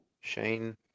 Shane